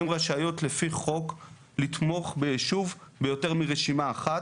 לפי חוק הן רשאיות לתמוך ביישוב ביותר מרשימה אחת,